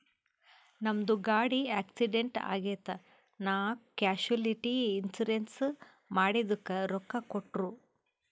ನಮ್ದು ಗಾಡಿ ಆಕ್ಸಿಡೆಂಟ್ ಆಗಿತ್ ನಾ ಕ್ಯಾಶುಲಿಟಿ ಇನ್ಸೂರೆನ್ಸ್ ಮಾಡಿದುಕ್ ರೊಕ್ಕಾ ಕೊಟ್ಟೂರ್